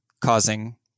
causing